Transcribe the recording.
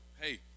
hey